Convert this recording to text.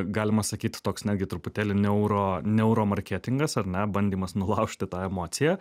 galima sakyt toks netgi truputėlį neuro neuromarketingas ar ne bandymas nulaužti tą emociją